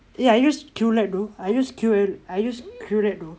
ya I use QLED though I use QLED I use QLED though